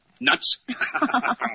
Nuts